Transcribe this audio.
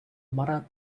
mother